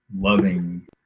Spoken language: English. loving